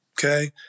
Okay